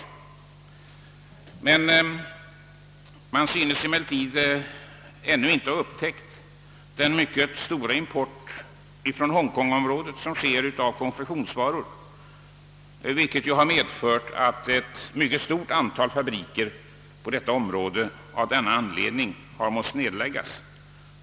Man synes emellertid ännu inte ha upptäckt den mycket stora importen av konfektionsvaror från Hongkong, som har medfört att ett stort antal fabriker måst nedläggas.